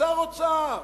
שר האוצר,